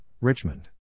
Richmond